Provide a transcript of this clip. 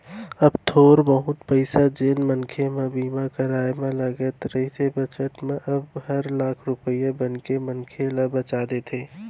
अइ थोर बहुत पइसा जेन मनसे मन बीमा कराय म लगाय रथें बखत म अइ हर लाख रूपया बनके मनसे ल बचा देथे